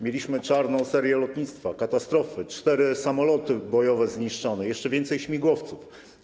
Mieliśmy czarną serię lotnictwa, katastrofy, cztery samoloty bojowe zniszczone, jeszcze więcej śmigłowców.